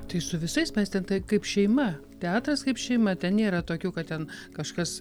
tai su visais mes ten tai kaip šeima teatras kaip šeima ten nėra tokių kad ten kažkas